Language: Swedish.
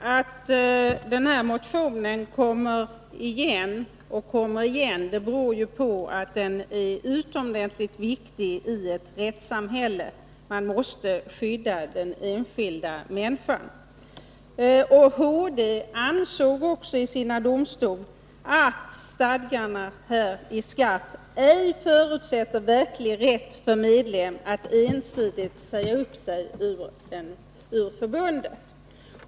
Herr talman! Att den här motionen kommer igen och kommer igen beror på att den gäller en utomordentligt viktig princip i ett rättssamhälle — att skydda den enskilda människan. HD ansåg också i sina domsskäl att stadgarna i SKAF ”ej förutsätter verklig rätt för medlem att ensidigt säga upp sig ur förbundet”.